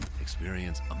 Experience